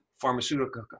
pharmaceutical